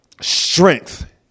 strength